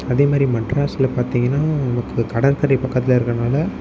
அதே மாதிரி மெட்ராஸ்ஸில் பார்த்திங்கனா நமக்கு கடற்கரை பக்கத்தில் இருக்கிறனால